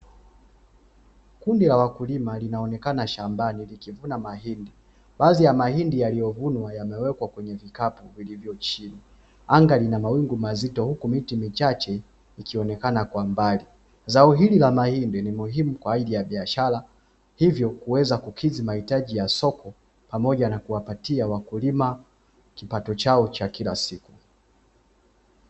Kundi la wakulima linaonekana shambani likivuna mahindi baadhi ya mahindi yaliyovunwa yamewekwa kwenye kikapu vilivyo chini anga lina mawingu mazito, huku miti michache ikionekana kwa mbali. Zao hili la mahindi ni muhimu kwa ajili ya biashara hivyo kuweza kukidhi mahitaji ya soko pamoja na kuwapatia wakulima kipato chao cha kila siku.